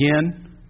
again